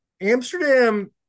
Amsterdam